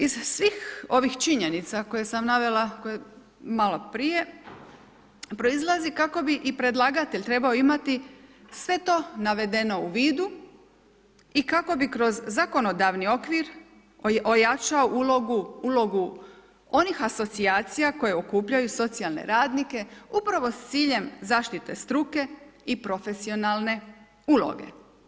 Iz svih ovih činjenica, koje sam navela maloprije, proizlazi kako bi i predlagatelj trebao imati, sve to navedeno u vidu i kako bi kroz zakonodavni okvir ojačao ulogu onih asocijacija koji okupljaju socijalne radnike upravo s ciljem zaštite struke i profesionalne uloge.